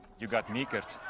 you got meekered,